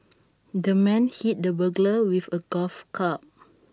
the man hit the burglar with A golf club